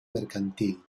mercantil